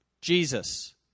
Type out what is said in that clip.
Jesus